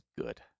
good